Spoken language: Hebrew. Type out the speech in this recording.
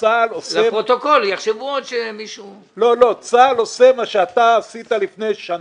צה"ל עושה מה שאתה עשית לפני שנה.